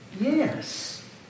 Yes